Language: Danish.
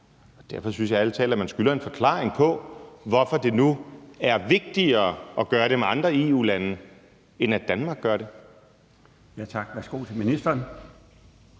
og derfor synes jeg ærlig talt, at man skylder en forklaring på, hvorfor det nu er vigtigere at gøre det med andre EU-lande, end at Danmark gør det. Kl. 15:59 Den